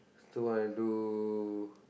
still wanna do